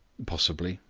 possibly,